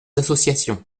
associations